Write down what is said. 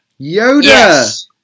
Yoda